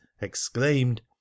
exclaimed